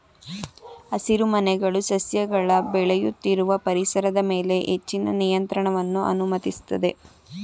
ಹಸಿರುಮನೆಗಳು ಸಸ್ಯಗಳ ಬೆಳೆಯುತ್ತಿರುವ ಪರಿಸರದ ಮೇಲೆ ಹೆಚ್ಚಿನ ನಿಯಂತ್ರಣವನ್ನು ಅನುಮತಿಸ್ತದೆ